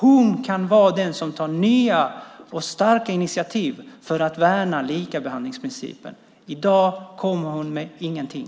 Hon kan vara den som tar nya och starka initiativ för att värna likabehandlingsprincipen. I dag kommer hon inte med någonting.